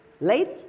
lady